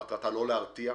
מטרתה לא להרתיע,